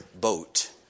boat